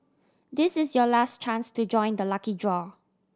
this is your last chance to join the lucky draw